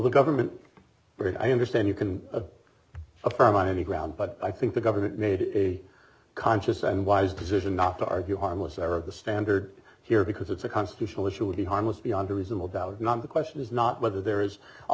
the government but i understand you can affirm on any ground but i think the government made a conscious and wise decision not to argue harmless error of the standard here because it's a constitutional issue would be harmless beyond reasonable doubt not the question is not whether there is a